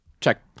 Check